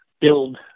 build